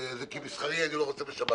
כי מסחרי אני לא רוצה שיעבוד בשבת